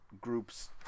group's